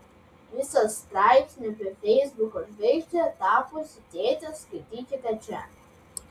visą straipsnį apie feisbuko žvaigžde tapusį tėtį skaitykite čia